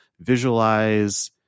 visualize